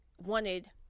wanted